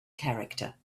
character